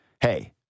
Hey